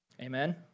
Amen